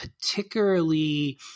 particularly